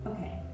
Okay